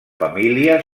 família